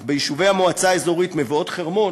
אך ביישובי המועצה האזורית מבואות-חרמון